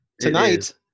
Tonight